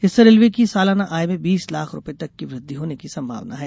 इससे रेलवे की सालाना आय में बीस लाख रुपये तक की वृद्वि होने की संभावना है